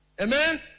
Amen